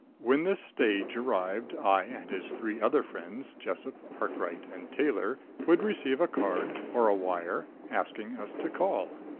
when this stage arrived, i and his three other friends jessop, arkright, and taylor would receive a card or a wire, asking us to call.